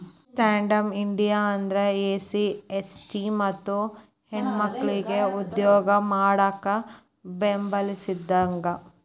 stand up India ಅಂದ್ರ SC ST ಮತ್ತ ಹೆಣ್ಮಕ್ಕಳಿಗೆ ಉದ್ಯೋಗ ಮಾಡಾಕ ಬೆಂಬಲಿಸಿದಂಗ